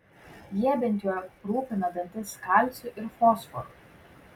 jie bent jau aprūpina dantis kalciu ir fosforu